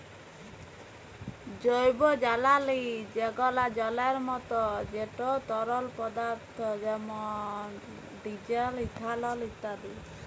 জৈবজালালী যেগলা জলের মত যেট তরল পদাথ্থ যেমল ডিজেল, ইথালল ইত্যাদি